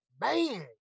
man